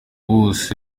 bose